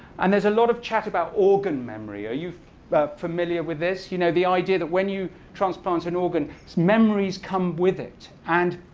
and there's a lot of chat about organ memory. are you familiar with this? you know the idea that when you transplant an organ, its memories come with it. and